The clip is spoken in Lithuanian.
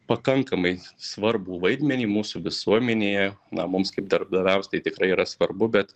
pakankamai svarbų vaidmenį mūsų visuomenėje na mums kaip darbdaviams tai tikrai yra svarbu bet